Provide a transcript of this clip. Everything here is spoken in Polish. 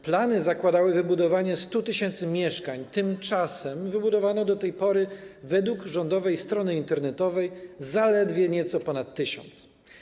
Plany zakładały wybudowanie 100 tys. mieszkań, tymczasem wybudowano do tej pory, według rządowej strony internetowej, zaledwie nieco pond 1 tys.